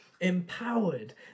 empowered